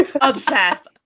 Obsessed